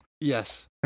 Yes